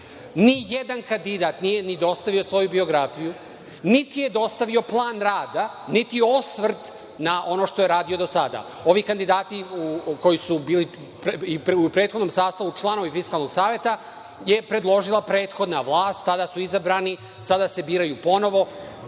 Ni jedan kandidat nije ni dostavio svoju biografiju, niti je dostavio plan rada, niti osvrt na ono što je radio do sada. Ovi kandidati koji su bili u prethodnom sastavu članovi Fiskalnog saveta je predložila prethodna vlast. Tada su izabrani i sada se biraju ponovo,